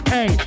Hey